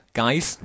guys